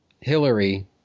Hillary